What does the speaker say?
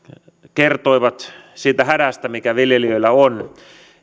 kertoivat siitä hädästä mikä viljelijöillä on